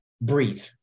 breathe